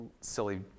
silly